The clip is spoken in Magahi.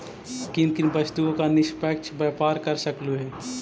किन किन वस्तुओं का निष्पक्ष व्यापार कर सकलू हे